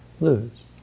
lose